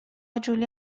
جولی